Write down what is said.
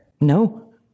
No